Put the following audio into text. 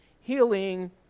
healing